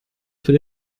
für